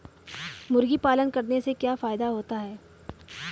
मुर्गी पालन करने से क्या फायदा होता है?